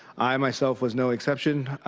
i myself was no exception,